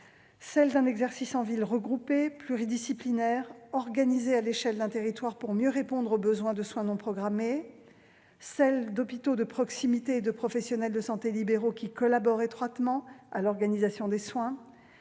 : un exercice en ville regroupé, pluridisciplinaire, organisé à l'échelle d'un territoire, pour mieux répondre aux besoins de soins non programmés ; des hôpitaux de proximité et des professionnels de santé libéraux qui collaborent étroitement à l'organisation des soins